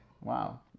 wow